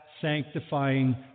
sanctifying